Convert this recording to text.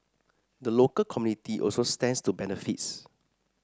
the local community also stands to benefits